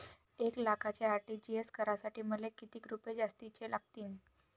एक लाखाचे आर.टी.जी.एस करासाठी मले कितीक रुपये जास्तीचे लागतीनं?